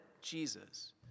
Jesus